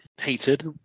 hated